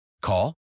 Call